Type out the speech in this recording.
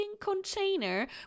container